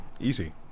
Easy